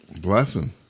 Blessing